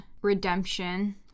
Redemption